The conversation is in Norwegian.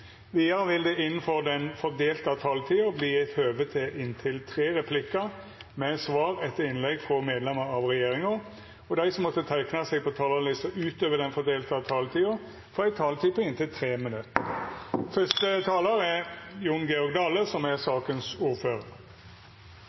Vidare vil det – innanfor den fordelte taletida – verta gjeve høve til inntil tre replikkar med svar etter innlegg frå medlemer av regjeringa, og dei som måtte teikna seg på talarlista utover den fordelte taletida, får òg ei taletid på inntil 3 minutt.